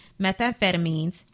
methamphetamines